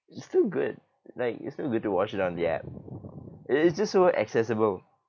it's still good like it's still good to watch it on the app it it's just so accessible